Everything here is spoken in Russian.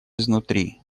изнутри